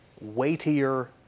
weightier